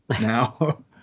now